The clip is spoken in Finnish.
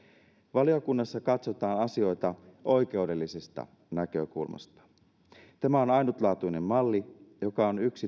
valiokunnassa katsotaan asioita oikeudellisesta näkökulmasta tämä on ainutlaatuinen malli joka on yksi